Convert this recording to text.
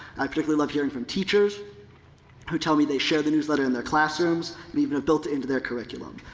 i particularly love hearing from teachers who tell me they share the newsletter in their classrooms and even have built it into their curriculum.